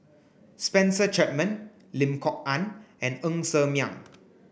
Spencer Chapman Lim Kok Ann and Ng Ser Miang